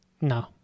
No